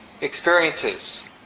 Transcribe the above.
experiences